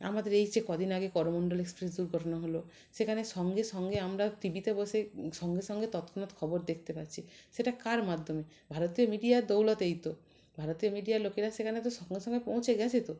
আমাদের এই যে কদিন আগে করমন্ডল এক্সপ্রেস দুর্ঘটনা হল সেখানে সঙ্গে সঙ্গে আমরা টি ভিতে বসে সঙ্গে সঙ্গে তৎক্ষণাৎ খবর দেখতে পাচ্ছি সেটা কার মাধ্যমে ভারতীয় মিডিয়ার দৌলতেই তো ভারতীয় মিডিয়ার লোকেরা সেখানে তো সঙ্গে সঙ্গে পৌঁছে গেছে তো